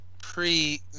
Pre